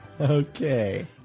Okay